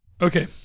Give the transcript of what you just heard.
Okay